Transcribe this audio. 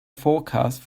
forecast